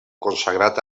consagrat